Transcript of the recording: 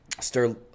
Stir